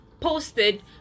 posted